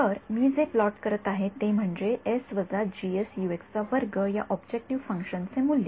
तर मी जे प्लॉट करत आहे ते म्हणजे या ऑब्जेक्टिव्ह फंक्शनचे मूल्य